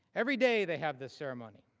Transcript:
every day they have this ceremony.